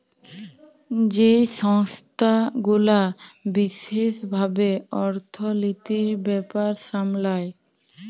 যেই সংস্থা গুলা বিশেস ভাবে অর্থলিতির ব্যাপার সামলায়